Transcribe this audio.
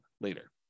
later